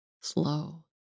slow